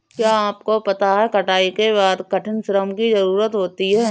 क्या आपको पता है कटाई के बाद कठिन श्रम की ज़रूरत होती है?